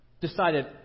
decided